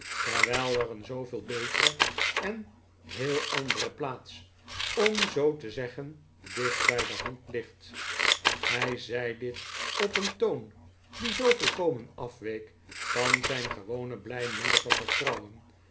terwijl er een zooveel betere en heel andere plaats om zoo te zeggen dicht bij de hand ligt hij zei dit op een toon die zoo volkomen afweek van zijn gewone blijmoedige vertrouwen